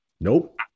nope